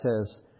says